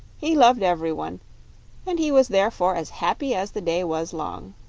he loved every one and he was therefore as happy as the day was long.